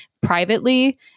privately